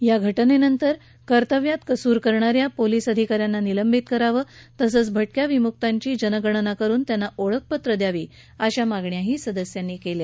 या घटनेनंतर कर्तव्यात कसूर करणा या पोलिस अधिका यांना निलंबित करावं तसंच भटक्या विमुक्तांची जनगणना करुन त्यांना ओळखपत्रं द्यावी अशा मागण्याही सदस्यांनी केल्या